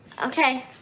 okay